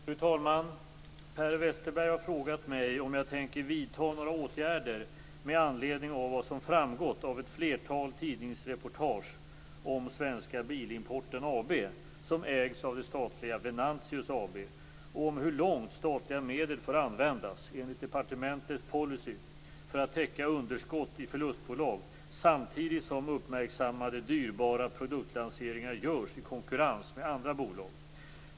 Fru talman! Per Westerberg har frågat mig om jag tänker vidta några åtgärder med anledning av vad som framgått av ett flertal tidningsreportage om Svenska AB, och om hur långt statliga medel får användas - enligt departementets policy - för att täcka underskott i förlustbolag samtidigt som uppmärksammade dyrbara produktlanseringar görs i konkurrens med andra bolag.